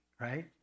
right